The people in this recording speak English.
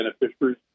beneficiaries